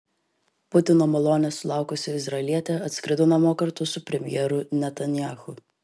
putino malonės sulaukusi izraelietė atskrido namo kartu su premjeru netanyahu